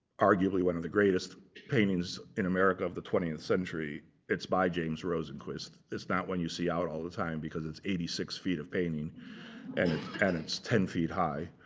arguably one of the greatest paintings in america of the twentieth century. it's by james rosenquist. it's not one you see out all the time, because it's eighty six feet of painting and it's ten feet high.